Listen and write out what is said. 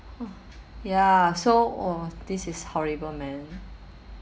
ya so !wah! this is horrible man